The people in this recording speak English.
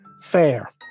Fair